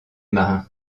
marin